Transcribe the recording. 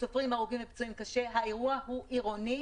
כשסופרים הרוגים ופצועים קשה האירוע הוא עירוני